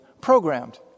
programmed